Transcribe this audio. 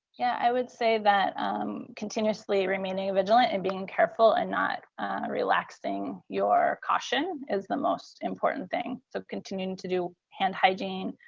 yeah. i would say that continuously remaining vigilant and being careful and not relaxing your caution is the most important thing. so continuing to do hand hygiene,